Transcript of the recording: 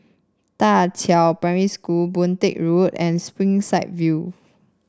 Da Qiao Primary School Boon Teck Road and Springside View